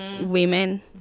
women